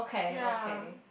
ya